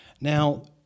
Now